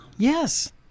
Yes